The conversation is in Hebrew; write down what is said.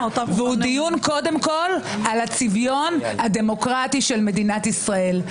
הוא קודם כול דיון על הצביון הדמוקרטי של מדינת ישראל.